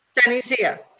sunny zia?